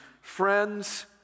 friends